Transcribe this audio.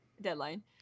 deadline